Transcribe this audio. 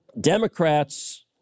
Democrats